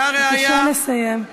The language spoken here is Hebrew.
והראיה, בבקשה לסיים.